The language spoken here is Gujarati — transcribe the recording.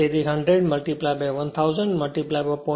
તેથી 100 1000 0